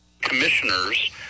commissioners